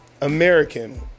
American